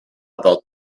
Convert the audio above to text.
about